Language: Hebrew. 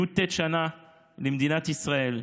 י"ט שנה למדינת ישראל.